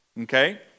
okay